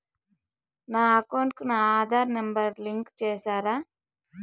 నా అకౌంట్ కు నా ఆధార్ నెంబర్ లింకు చేసారా